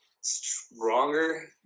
stronger